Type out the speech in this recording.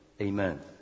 Amen